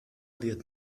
wird